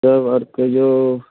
रहु आओर कबै